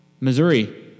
Missouri